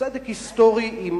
צדק היסטורי עם